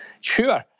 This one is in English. Sure